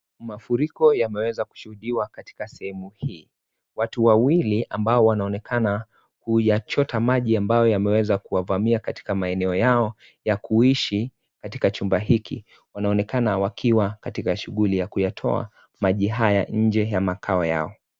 Mafuriko yameweza kushuhudiwa katika sehemu hii. Watu wawili ambao wanaonekana kuyachota maji ambayo yameweza kuwavamia katika maeneo yao ya kuishi katika chumba hiki. Wanaonekana wakiwa katika shughuli ya kuyatoa maji haya nje ya makao yao.